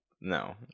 No